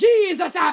Jesus